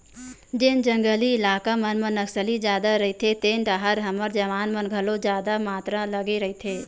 जेन जंगली इलाका मन म नक्सली जादा रहिथे तेन डाहर हमर जवान मन घलो जादा मातरा लगे रहिथे